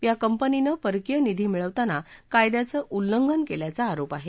या कंपनीनं परकीय निधी मिळवताना कायद्याचं उल्लंघन केल्याचा आरोप आहे